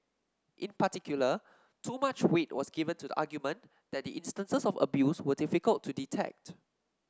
in particular too much weight was given to the argument that the instances of abuse were difficult to detect